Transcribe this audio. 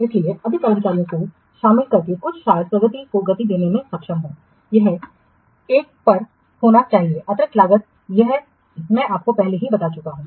इसलिए अधिक कर्मचारियों को शामिल करते हुए शायद प्रगति को गति देने में सक्षम हो यह ए पर होना चाहिए अतिरिक्त लागत यह मैं आपको पहले ही बता चुका हूं